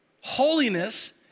Holiness